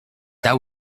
that